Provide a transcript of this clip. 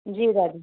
जी दादी